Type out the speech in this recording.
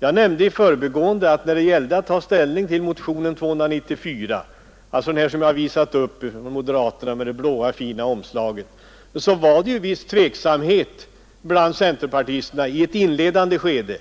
Jag nämnde i förbigående att det vid ställningstagandet till motionen 294 — alltså den motion med det fina blå omslaget vilken visades upp av moderaterna — framkom viss tveksamhet bland centerpartisterna i ett inledande skede.